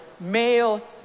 male